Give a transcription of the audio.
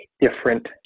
different